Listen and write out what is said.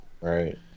Right